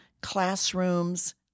classrooms